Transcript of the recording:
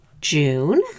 June